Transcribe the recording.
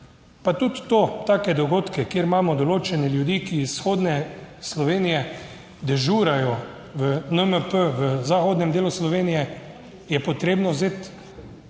tudi to, take dogodke, kjer imamo določene ljudi, ki iz vzhodne Slovenije dežurajo v NMP v zahodnem delu Slovenije je potrebno vzeti